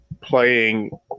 playing